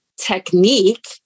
technique